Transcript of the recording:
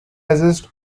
resist